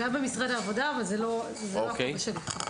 גם במשרד העבודה אבל לא בתחום שלי.